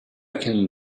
can